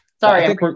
Sorry